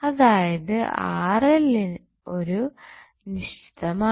അതായത് ഒരു നിശ്ചിതമാണ്